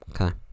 Okay